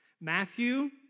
Matthew